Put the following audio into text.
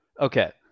Okay